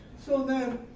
so then,